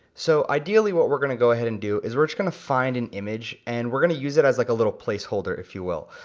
so ideally what we're gonna go ahead and do is we're just gonna find an image and we're gonna use it as like a little placeholder, if you will.